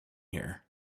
here